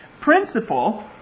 principle